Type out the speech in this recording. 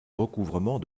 recouvrement